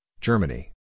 Germany